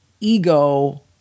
ego